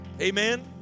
amen